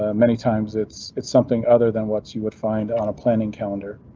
ah many times it's it's something other than what you would find on a planning calendar.